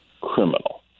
criminal